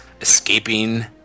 escaping